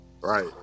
Right